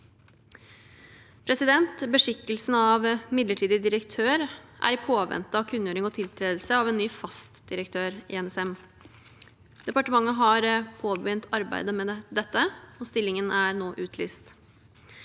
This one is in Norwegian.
styrkes. Beskikkelsen av midlertidig direktør er i påvente av kunngjøring og tiltredelse av en ny fast direktør i NSM. Departementet har påbegynt arbeidet med dette, og stillingen er nå utlyst.